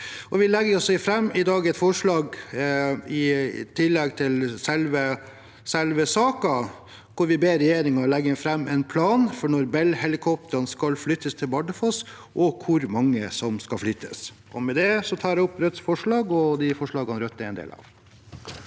Vi legger i dag fram et forslag, i tillegg til selve saken, hvor vi ber regjeringen legge fram en plan for når Bellhelikoptrene skal flyttes til Bardufoss, og hvor mange som skal flyttes. Med det tar jeg opp Rødts forslag. Presidenten